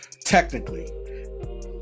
technically